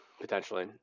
potentially